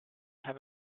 have